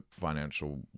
financial